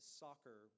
soccer